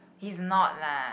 he's not lah